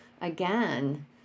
again